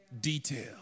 detail